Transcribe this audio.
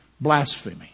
blasphemy